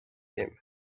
him